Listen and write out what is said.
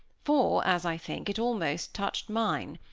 for, as i think, it almost touched mine.